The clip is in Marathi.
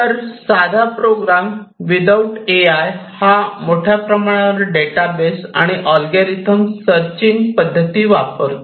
तर साधा प्रोग्राम विदाऊट ए आय हा मोठ्या प्रमाणावर डेटाबेस आणि अल्गोरिदम सर्चिंग पद्धती वापरतो